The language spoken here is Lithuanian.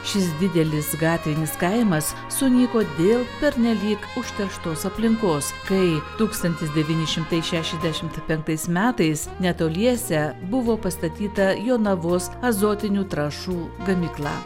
šis didelis gatvinis kaimas sunyko dėl pernelyg užterštos aplinkos kai tūkstantis devyni šimtai šešiasdešim penktais metais netoliese buvo pastatyta jonavos azotinių trąšų gamykla